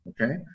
Okay